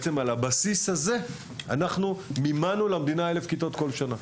על הבסיס הזה אנחנו מימנו למדינה בכל שנה 1,000 כיתות,